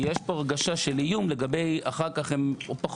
כי יש פה הרגשה של איום לגבי שאחר כך הם פחות